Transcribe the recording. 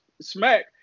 smack